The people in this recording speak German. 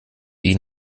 ihn